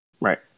Right